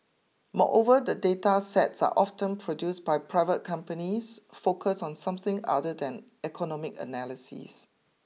moreover the data sets are often produced by private companies focused on something other than economic analysis